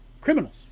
Criminals